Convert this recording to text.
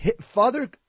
Father